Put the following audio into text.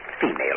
Female